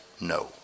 no